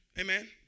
Amen